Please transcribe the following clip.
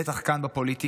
בטח כאן בפוליטיקה,